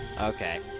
Okay